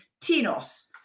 Tinos